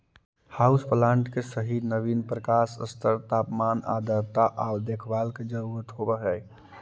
house plant के सही नवीन प्रकाश स्तर तापमान आर्द्रता आउ देखभाल के जरूरत होब हई